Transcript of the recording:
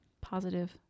Positive